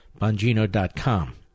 bongino.com